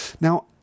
Now